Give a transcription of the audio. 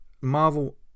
Marvel